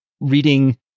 reading